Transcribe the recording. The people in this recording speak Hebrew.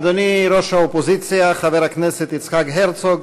אדוני ראש האופוזיציה חבר הכנסת יצחק הרצוג,